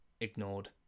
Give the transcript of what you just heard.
ignored